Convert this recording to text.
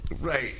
Right